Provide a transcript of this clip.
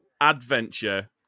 adventure